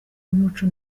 y’umuco